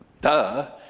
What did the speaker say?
Duh